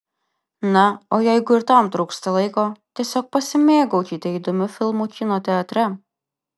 na o jeigu ir tam trūksta laiko tiesiog pasimėgaukite įdomiu filmu kino teatre